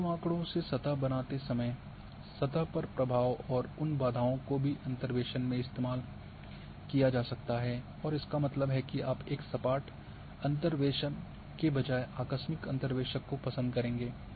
बिंदु आँकड़ों से सतह बनाते समय सतह पर प्रभाव और उन बाधाओं को भी अंतर्वेसन में इस्तेमाल किया जा सकता है और इसका मतलब है कि आप एक सपाट अंतर्वेशक के बजाय आकस्मिक अंतर्वेशक को पसंद करेंगे